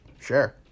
Sure